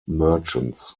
merchants